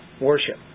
worship